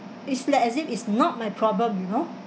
it's like as if it's not my problem you know